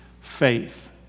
faith